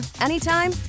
anytime